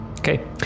Okay